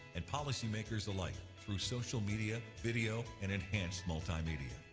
and policymakers alike through social media, video, and enhanced multimedia.